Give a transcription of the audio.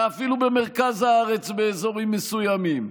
ואפילו במרכז הארץ באזורים מסוימים.